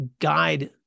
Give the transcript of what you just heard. guide